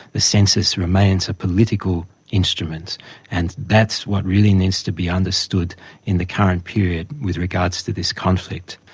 the census remains a political instrument and that's what really needs to be understood in the current period with regards to this conflict.